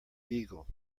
beagle